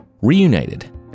Reunited